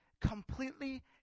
completely